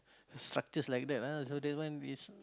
structures like that ah so that one is